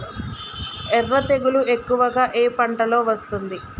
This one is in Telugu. ఎర్ర తెగులు ఎక్కువగా ఏ పంటలో వస్తుంది?